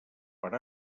per